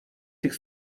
tych